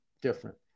different